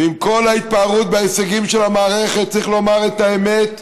ועם כל ההתפארות וההישגים של המערכת צריך לומר את האמת,